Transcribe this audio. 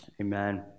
Amen